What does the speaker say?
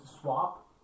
swap